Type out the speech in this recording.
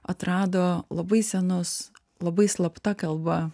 atrado labai senus labai slapta kalba